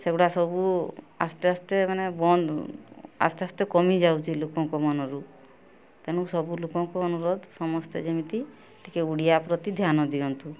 ସେଗୁଡ଼ା ସବୁ ଆସ୍ତେ ଆସ୍ତେ ମାନେ ବନ୍ଦ ଆସ୍ତେ ଆସ୍ତେ କମିଯାଉଛି ଲୋକଙ୍କ ମନରୁ ତେଣୁ ସବୁ ଲୋକଙ୍କୁ ଅନୁରୋଧ ସମସ୍ତେ ଯେମିତି ଟିକିଏ ଓଡ଼ିଆ ପ୍ରତି ଧ୍ୟାନ ଦିଅନ୍ତୁ